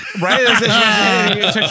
Right